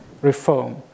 reform